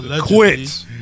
quit